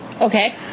Okay